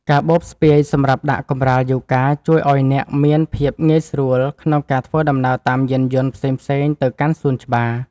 កាបូបស្ពាយសម្រាប់ដាក់កម្រាលយូហ្គាជួយឱ្យអ្នកមានភាពងាយស្រួលក្នុងការធ្វើដំណើរតាមយានយន្ដផ្សេងៗទៅកាន់សួនច្បារ។